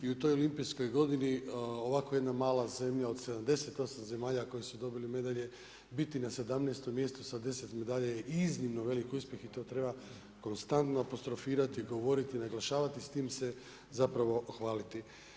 I u toj olimpijskoj godini ovakvo jedna mala zemlja, od 78 zemalja koja su dobili medalje, biti na 17 mjestu sa 10 medalja je iznimno veliki uspjeh i to treba konstantno apostrofirati, govoriti, naglašavati, s tim se zapravo hvaliti.